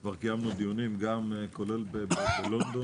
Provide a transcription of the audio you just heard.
כבר קיימנו דיונים, כולל גם בלונדון,